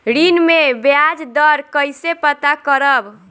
ऋण में बयाज दर कईसे पता करब?